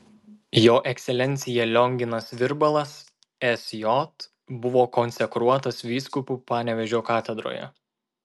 jo ekscelencija lionginas virbalas sj buvo konsekruotas vyskupu panevėžio katedroje